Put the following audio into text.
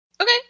Okay